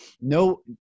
no